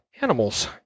animals